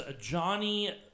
Johnny